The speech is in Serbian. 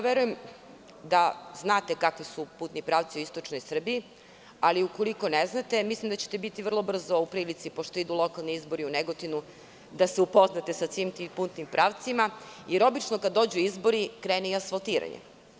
Verujem da znate kakvi su putni pravci u istočnoj Srbiji, ali ukoliko ne znate, mislim da ćete biti vrlo brzo u prilici, pošto idu lokalni izbori u Negotinu, da se upoznate sa svim tim putnim pravcima, jer obično kada dođu izboru krene i asfaltiranje.